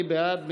מי בעד?